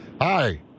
Hi